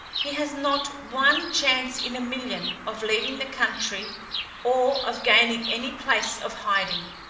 he has not one chance in a million of leaving the country or of gaining any place of hiding.